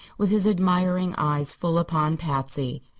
with his admiring eyes full upon patsy.